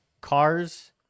cars